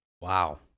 Wow